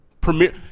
premiere